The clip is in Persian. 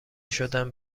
شدم